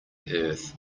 earth